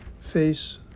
face